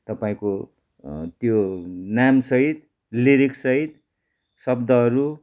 तपाईँको त्यो नामसहित लिरिक्ससहित शब्दहरू